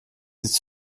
ist